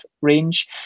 range